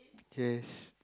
yes